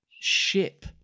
ship